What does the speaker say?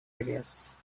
areas